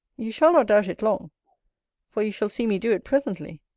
you shall not doubt it long for you shall see me do it presently.